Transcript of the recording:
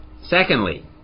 Secondly